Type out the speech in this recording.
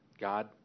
God